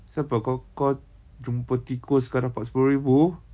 so apa kau kau jumpa tikus kau dapat sepuluh ribu